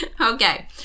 Okay